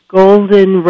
golden